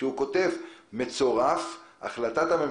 ובעקבותיה היו